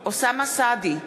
אוסאמה סעדי,